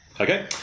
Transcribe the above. Okay